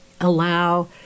allow